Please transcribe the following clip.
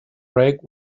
break